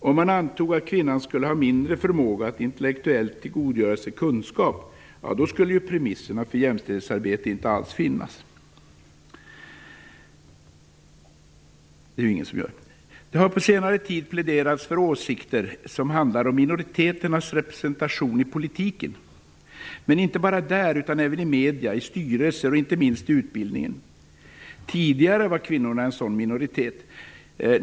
Om man antog att kvinnan skulle ha mindre förmåga att intellektuellt tillgodogöra sig kunskap, så skulle ju premisserna för jämställdhetsarbete inte alls finnas - men det är det ju ingen som gör. Det har på senare tid pläderats för åsikter som handlar om minoriteternas representation i politiken, men inte bara där utan också i medierna, i styrelser och, inte minst, inom utbildningen. Tidigare var kvinnorna en sådan minoritet.